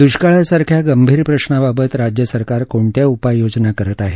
दुष्काळासारख्या गंभीर प्रशाबाबत राज्य सरकार कोणत्या उपाययोजना करत आहे